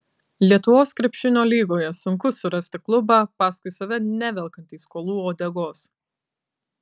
lietuvos krepšinio lygoje sunku surasti klubą paskui save nevelkantį skolų uodegos